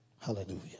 Hallelujah